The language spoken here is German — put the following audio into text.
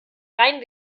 rein